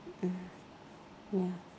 mm ya